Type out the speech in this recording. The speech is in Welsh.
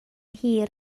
hir